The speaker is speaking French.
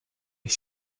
est